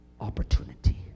opportunity